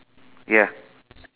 ya